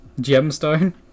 Gemstone